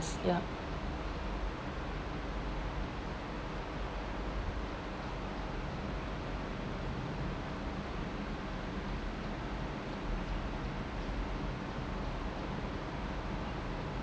process ya